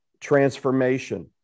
transformation